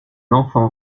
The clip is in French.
enfant